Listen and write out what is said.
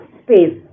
space